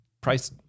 price